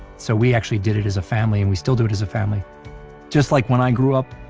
so we actually did it as a family and we still do it as a family just like when i grew up,